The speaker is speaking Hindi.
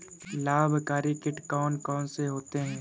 लाभकारी कीट कौन कौन से होते हैं?